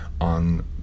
on